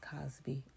Cosby